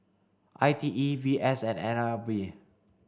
I T E V S and N L B